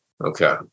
okay